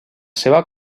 seva